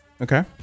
Okay